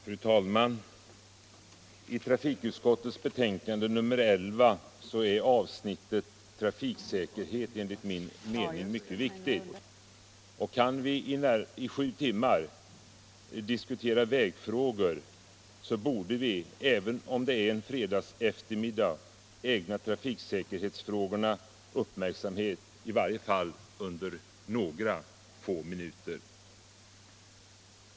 Fru talman! I trafikutskottets betänkande nr 11 är avsnittet om trafiksäkerhet enligt min mening mycket viktigt. Kan vi i sju timmar diskutera vägfrågor borde vi, även om det är en fredagseftermiddag, kunna ägna trafiksäkerhetsfrågorna uppmärksamhet i varje fall under några få minuter.